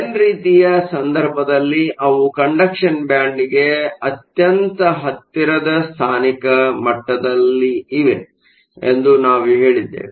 N ರೀತಿಯ ಸಂದರ್ಭದಲ್ಲಿ ಅವು ಕಂಡಕ್ಷನ್ ಬ್ಯಾಂಡ್ಗೆ ಅತ್ಯಂತ ಹತ್ತಿರದಲ್ಲಿ ಸ್ಥಾನಿಕ ಮಟ್ಟದಲ್ಲಿವೆ ಎಂದು ನಾವು ಹೇಳಿದ್ದೇವೆ